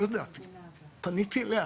פניתי אליה.